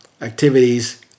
activities